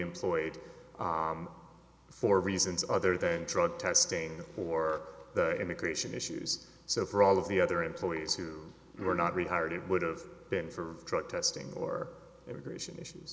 reemployed for reasons other than drug testing or immigration issues so for all of the other employees who were not rehired it would've been for drug testing or immigration issues